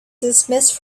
dismissed